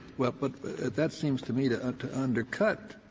well, but that seems to me to ah to undercut